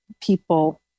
people